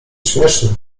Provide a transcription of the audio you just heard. śmieszny